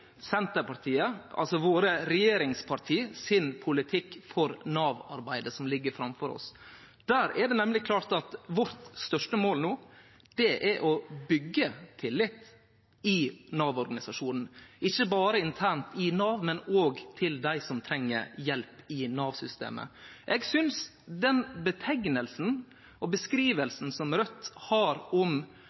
Senterpartiet, altså regjeringspartia våre, har for Nav-arbeidet som ligg framfor oss. Der er det nemleg klart at vårt største mål no er å byggje tillit i Nav-organisasjonen, ikkje berre internt i Nav, men òg til dei som treng hjelp i Nav-systemet. Den beskrivinga som Raudt har om